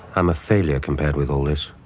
i'm a failure compared with all this.